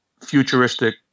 futuristic